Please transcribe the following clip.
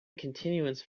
continuance